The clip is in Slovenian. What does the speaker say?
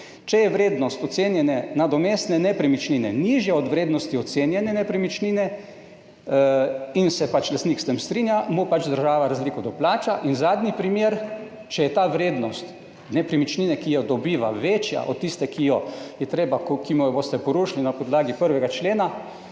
Če je vrednost ocenjene nadomestne nepremičnine nižja od vrednosti ocenjene nepremičnine in se pač lastnik s tem strinja mu pač država razliko doplača. In zadnji primer: če je ta vrednost nepremičnine, ki jo dobiva večja od tiste, ki jo je treba, ki mu jo boste porušili na podlagi 1. člena